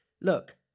look